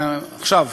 עכשיו,